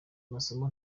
masomo